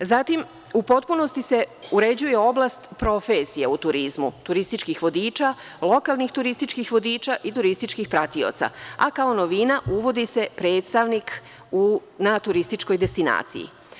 U potpunosti se uređuje oblast – profesija u turizmu, turističkih vodiča, lokalnih turističkih vodiča i turističkih pratioca, a kao novina uvodi se predstavnik na turističkoj destinaciji.